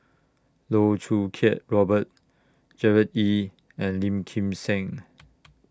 Loh Choo Kiat Robert Gerard Ee and Lim Kim San